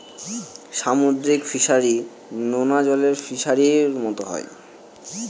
সামুদ্রিক ফিসারী, নোনা জলের ফিসারির মতো হয়